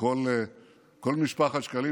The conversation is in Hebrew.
וכל משפחת שקלים,